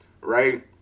right